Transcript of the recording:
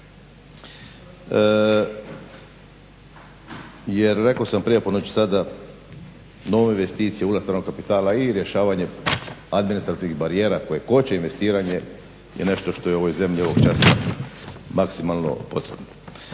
jer rekao sam … sada nove investicije … kapitala i rješavanje administrativnih barijera koje koče investiranje je nešto što je ovoj zemlji ovog časa maksimalno potrebno.